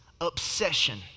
obsession